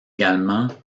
également